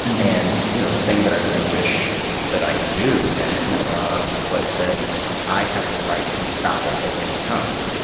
and, you know, the thing that i really wish that i knew then was that i had the right to stop it at any time.